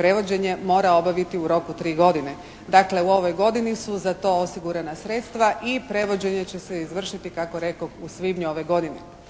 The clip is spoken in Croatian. prevođenje mora obaviti u roku od 3 godine. Dakle, u ovoj godini su za to osigurana sredstva i prevođenje će se izvršiti kako rekoh u svibnju ove godine.